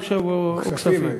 כלכלה, אני חושב, או כספים.